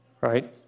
Right